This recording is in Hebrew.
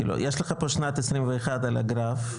כאילו יש לך פה שנת 2021 על הגרף,